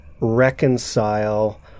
reconcile